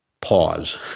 Pause